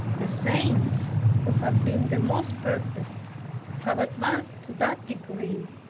the saints who have been the most perfect have advanced to that degree,